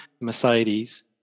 Mercedes